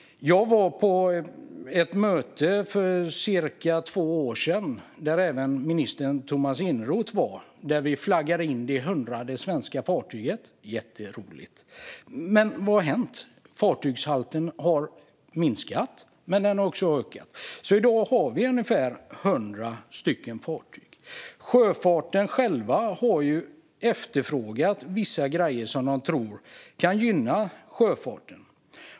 Jag var för cirka två år sedan på ett möte där även minister Tomas Eneroth var, och där vi flaggade in det 100:e svenska fartyget, vilket var jätteroligt. Men vad har hänt sedan dess? Fartygsantalet har både minskat och ökat, så vi har i dag fortfarande ungefär 100 fartyg. Man har inom sjöfarten efterfrågat vissa grejer som man tror kan gynna sjöfarten.